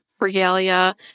regalia